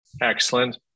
excellent